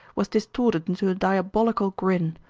was distorted into a diabolical grin.